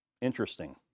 Interesting